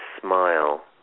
smile